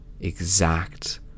exact